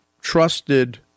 trusted